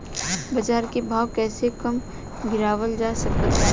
बाज़ार के भाव कैसे कम गीरावल जा सकता?